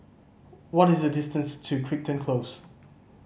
what is the distance to Crichton Close